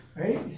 right